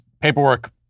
paperwork